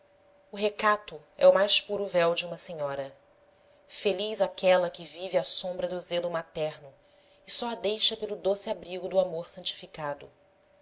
o recato é o mais puro véu de uma senhora feliz aquela que vive à sombra do zelo materno e só a deixa pelo doce abrigo do amor santificado